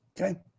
okay